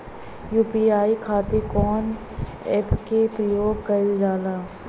UPI खातीर कवन ऐपके प्रयोग कइलजाला?